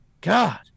God